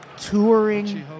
touring